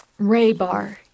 Raybar